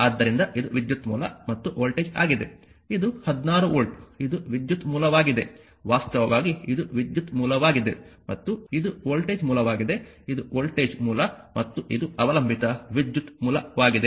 ಆದ್ದರಿಂದ ಇದು ವಿದ್ಯುತ್ ಮೂಲ ಮತ್ತು ವೋಲ್ಟೇಜ್ ಆಗಿದೆ ಇದು 16 ವೋಲ್ಟ್ ಇದು ವಿದ್ಯುತ್ ಮೂಲವಾಗಿದೆ ವಾಸ್ತವವಾಗಿ ಇದು ವಿದ್ಯುತ್ ಮೂಲವಾಗಿದೆ ಮತ್ತು ಇದು ವೋಲ್ಟೇಜ್ ಮೂಲವಾಗಿದೆ ಇದು ವೋಲ್ಟೇಜ್ ಮೂಲ ಮತ್ತು ಇದು ಅವಲಂಬಿತ ವಿದ್ಯುತ್ ಮೂಲವಾಗಿದೆ